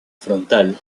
frontal